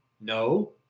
No